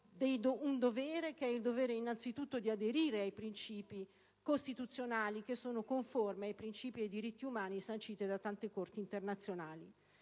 un dovere, innanzitutto quello di aderire ai princìpi costituzionali che sono conformi ai princìpi ed ai diritti umani sanciti da tante Corti internazionali.